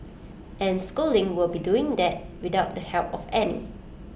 and schooling will be doing that without the help of any